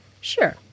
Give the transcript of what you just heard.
Sure